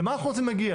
למה אנחנו רוצים להגיע,